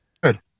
Good